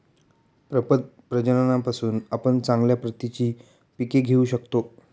प्रपद प्रजननातून आपण चांगल्या प्रतीची पिके घेऊ शकतो